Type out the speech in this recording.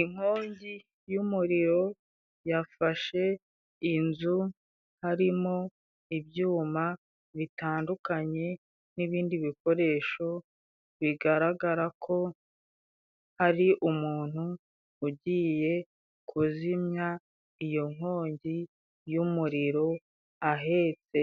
Inkongi y'umuriro yafashe inzu, harimo ibyuma bitandukanye ,n'ibindi bikoresho bigaragara ko, hari umuntu ugiye kuzimya iyo nkongi y'umuriro ,ahetse